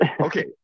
okay